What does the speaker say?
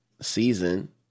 season